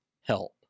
help